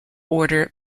order